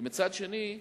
ומצד שני,